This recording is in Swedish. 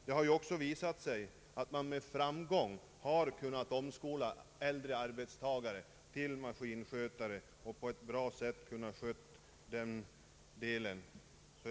Det har också visat sig att man med framgång kunnat omskola äldre arbetare till maskinskötare som bra kunnat fullgöra sina uppgifter.